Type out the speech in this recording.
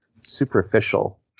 superficial